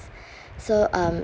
so um